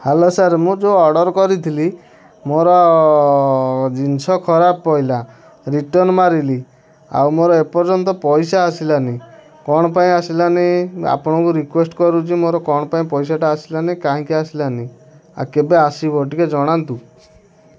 hello sir ମୁଁ ଯେଉଁ order କରିଥିଲି ମୋର ଜିନିଷ ଖରାପ ପଡ଼ିଲା ରିଟର୍ନ୍ ମାରିଲି ଆଉ ମୋର ଏ ପର୍ଯ୍ୟନ୍ତ ପଇସା ଆସିଲାନି କ'ଣ ପାଇଁ ଆସିଲାନି ଆପଣଙ୍କୁ ରିକ୍ୱେଷ୍ଟ୍ କରୁଛି ମୋର କ'ଣ ପାଇଁ ପଇସାଟା ଆସିଲାନି କାହିଁକି ଆସିଲାନି ଆଉ କେବେ ଆସିବ ଟିକେ ଜଣାନ୍ତୁ